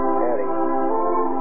Eddie